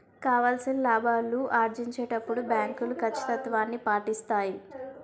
కావాల్సిన లాభాలు ఆర్జించేటప్పుడు బ్యాంకులు కచ్చితత్వాన్ని పాటిస్తాయి